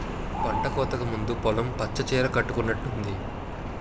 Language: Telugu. పంటకోతకు ముందు పొలం పచ్చ సీర కట్టుకునట్టుంది